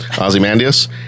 Ozymandias